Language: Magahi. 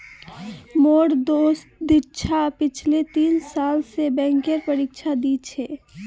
मोर दोस्त दीक्षा पिछले तीन साल स बैंकेर परीक्षा दी छ